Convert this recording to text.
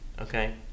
okay